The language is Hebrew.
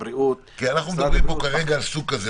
--- אנחנו מדברים פה כרגע על סוג כזה,